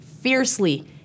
fiercely